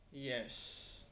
yes